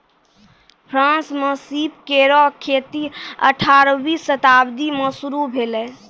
France म सीप केरो खेती अठारहवीं शताब्दी में शुरू भेलै